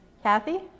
Kathy